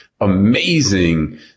amazing